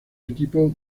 equipos